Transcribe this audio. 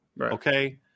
Okay